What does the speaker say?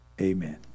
Amen